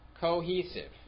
cohesive